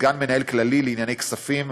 סגן מנהל כללי לענייני כספים,